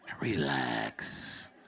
Relax